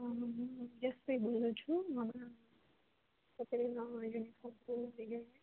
હું યશ્વી બોલું છું મારે